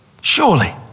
Surely